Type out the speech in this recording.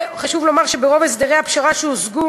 חשוב לומר שברוב הסדרי הפשרה שהושגו